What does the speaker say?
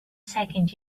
second